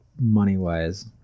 money-wise